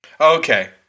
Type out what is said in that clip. Okay